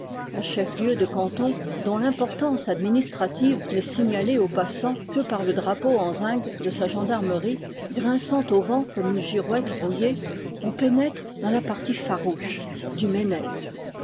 un chef-lieu de canton dont l'importance administrative n'est signalée au passant que par le drapeau en zinc de sa gendarmerie grinçant au vent comme une girouette rouillée on pénètre dans la partie farouche du